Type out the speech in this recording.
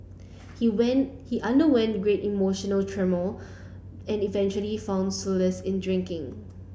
he went he underwent great emotional turmoil and eventually found solace in drinking